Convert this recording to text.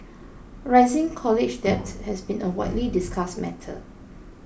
rising college debt has been a widely discussed matter